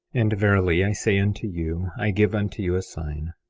and verily i say unto you, i give unto you a sign,